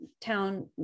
town